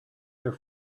their